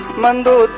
monday